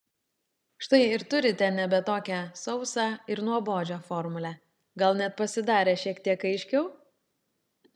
štai ir turite nebe tokią sausą ir nuobodžią formulę gal net pasidarė šiek tiek aiškiau